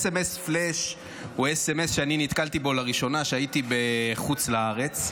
סמ"ס פלאש הוא סמ"ס שאני נתקלתי בו לראשונה כשהייתי בחוץ לארץ.